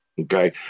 okay